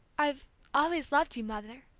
i've always loved you, mother,